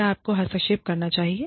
क्या आपको हस्तक्षेप करना चाहिए